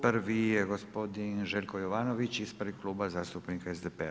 Prvi je gospodin Željko Jovanović ispred Kluba zastupnika SDP-a.